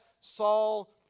Saul